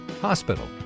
hospital